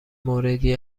موردی